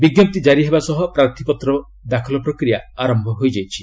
ବିଜ୍ଞପ୍ତି ଜାରି ହେବା ସହ ପ୍ରାର୍ଥୀପତ୍ର ଦାଖଲ ପ୍ରକ୍ରିୟା ଆରମ୍ଭ ହୋଇଯାଇଛି